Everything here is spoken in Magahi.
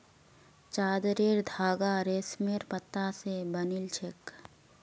चादरेर धागा रेशमेर पत्ता स बनिल छेक